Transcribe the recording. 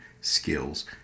skills